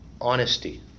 honesty